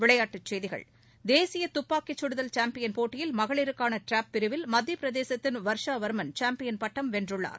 விளையாட்டுச் செய்திகள் தேசிய துப்பாக்கிச் சுடுதல் சாம்பியன் போட்டியில் மகளிருக்கான ட்ராப் பிரிவில் மத்திய பிரதேசத்தின் வர்ஷா வர்மன் சாம்பியன் பட்டம் வென்றுள்ளார்